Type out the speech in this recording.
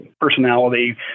personality